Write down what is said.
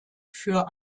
für